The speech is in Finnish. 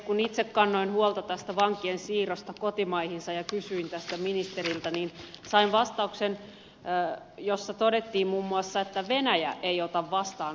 kun itse kannoin huolta tästä vankien siirrosta kotimaihinsa ja kysyin tästä ministeriltä niin sain vastauksen jossa todettiin muun muassa että venäjä ei ota vastaan omia vankejaan